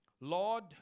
Lord